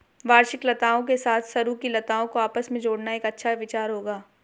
वार्षिक लताओं के साथ सरू की लताओं को आपस में जोड़ना एक अच्छा विचार होगा